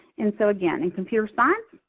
and so again, in computer science,